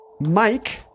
Mike